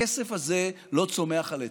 הכסף הזה לא צומח על עצים,